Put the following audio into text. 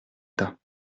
tas